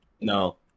no